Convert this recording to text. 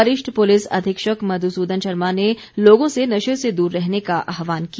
वरिष्ठ पुलिस अधीक्षक मधुसूदन शर्मा ने लोगों से नशे से दूर रहने का आहवान किया